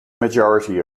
majority